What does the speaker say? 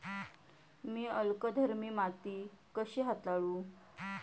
मी अल्कधर्मी माती कशी हाताळू?